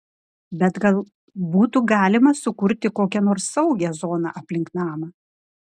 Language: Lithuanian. bet gal būtų galima sukurti kokią nors saugią zoną aplink namą